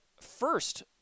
first